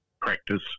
practice